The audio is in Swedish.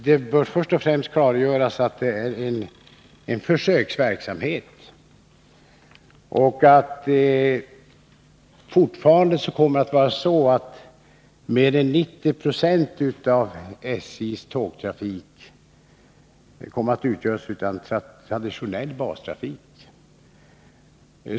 Det bör först och främst klargöras att detta är en försöksverksamhet och att även i fortsättningen mer än 90 96 av SJ:s tågtrafik kommer att utgöras av traditionell bastrafik.